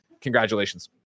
Congratulations